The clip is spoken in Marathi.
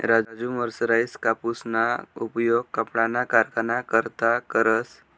राजु मर्सराइज्ड कापूसना उपयोग कपडाना कारखाना करता करस